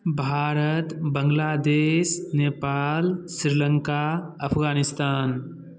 Bharat Bangladesh Nepal Sri Lanka Afghanistan